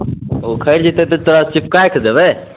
उखरि जेतै तऽ तोरा चिपकाइके देबै